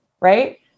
right